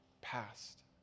past